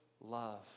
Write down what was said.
love